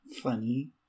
Funny